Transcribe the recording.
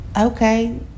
okay